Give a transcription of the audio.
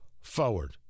forward